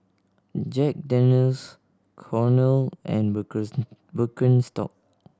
Jack Daniel's Cornell and Birkenstock